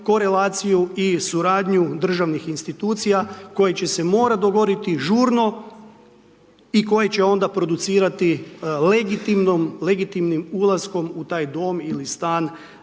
korelaciju i suradnju državnih institucija koji će se morati dogovoriti žurno i koji će onda producirati legitimnim ulaskom u taj dom ili stan